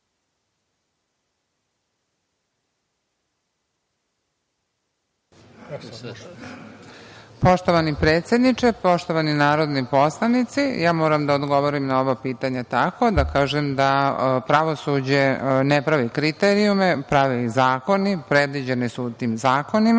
Poštovani predsedniče, poštovani narodni poslanici, ja moram da odgovorim na ova pitanja tako da kažem da pravosuđe ne pravi kriterijume, prave ih zakoni, predviđeni su tim zakonima. Upravo